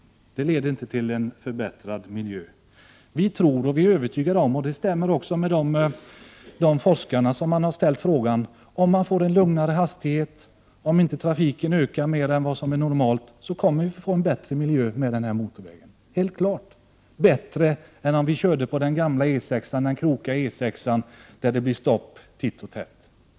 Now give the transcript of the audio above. Det leder inte till en förbättrad miljö. Vi är övertygade om — och det stämmer med svaren från de forskare som har blivit tillfrågade — att man, om man får en lugnare hastighet, om trafiken inte ökar mer än normalt, får en bättre miljö tack vare den här motorvägen. Det är helt klart. Vi får en bättre miljö än om vi skulle fortsätta att köra på den gamla krokiga E 6, där det blir stopp titt och tätt.